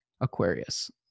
Aquarius